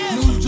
New